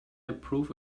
improve